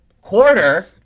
Quarter